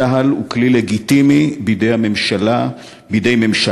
צה"ל הוא כלי לגיטימי בידי ממשלה לגיטימית,